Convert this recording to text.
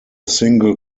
single